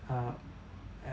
uh